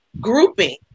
grouping